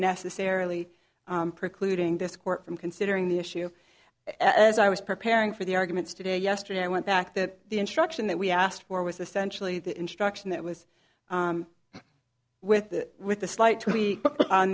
necessarily precluding this court from considering the issue as i was preparing for the arguments today yesterday i went back that the instruction that we asked for was essentially the instruction that was with that with a slight